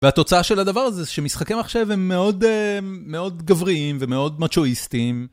והתוצאה של הדבר הזה, שמשחקי מחשב הם מאוד גבריים ומאוד מצ'ואיסטיים.